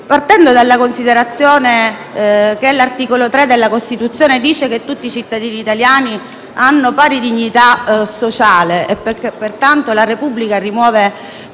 Partendo dalla considerazione che l'articolo 3 della Costituzione afferma che tutti i cittadini italiani hanno pari dignità sociale e che pertanto la Repubblica rimuove